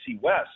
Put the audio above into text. West